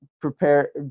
prepare